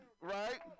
right